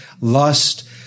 lust